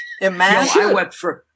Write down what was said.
Imagine